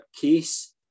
case